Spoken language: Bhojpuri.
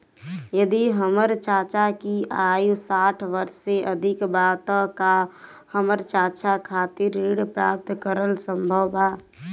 यदि हमर चाचा की आयु साठ वर्ष से अधिक बा त का हमर चाचा खातिर ऋण प्राप्त करल संभव बा